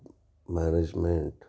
management